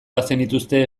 bazenituzte